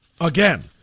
Again